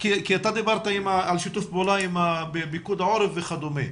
כי אתה דיברת על שיתוף פעולה עם פיקוד העורף וכדומה.